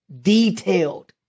detailed